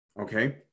Okay